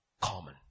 common